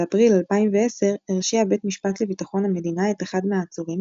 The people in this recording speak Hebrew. באפריל 2010 הרשיע בית משפט לביטחון המדינה את אחד מהעצורים,